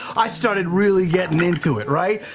i started really getting into it, right?